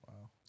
Wow